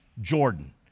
Jordan